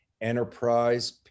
enterprise